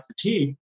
fatigue